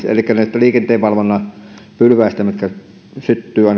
elikkä näitä liikenteenvalvonnan pylväitä mitkä syttyvät